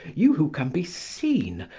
you who can be seen,